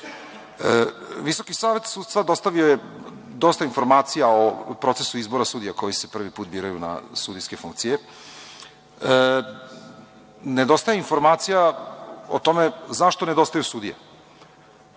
reči. Visoki savet sudstva dostavio je dosta informacija o procesu izbora sudija koji se prvi put biraju na sudijske funkcije. Nedostaje informacija o tome zašto nedostaju sudije,